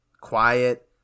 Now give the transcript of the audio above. quiet